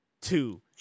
two